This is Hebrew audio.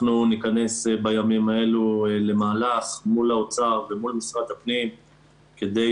אנחנו ניכנס בימים האלו למהלך מול האוצר ומול משרד הפנים כדי,